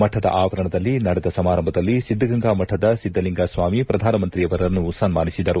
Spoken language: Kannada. ಮಠದ ಆವರಣದಲ್ಲಿ ನಡೆದ ಸಮಾರಂಭದಲ್ಲಿ ಸಿದ್ದಗಂಗಾ ಮಠದ ಸಿದ್ದಲಿಂಗ ಸ್ವಾಮಿ ಶ್ರಧಾನಮಂತ್ರಿಯವರನ್ನು ಸನ್ನಾನಿಸಿದರು